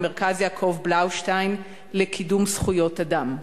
ומרכז יעקב בלאושטיין לקידום זכויות אדם.